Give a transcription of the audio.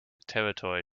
territory